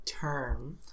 term